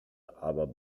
aber